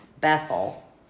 Bethel